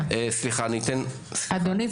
אדוני,